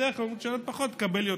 בדרך כלל אומרים: תשלם פחות, תקבל יותר.